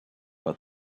but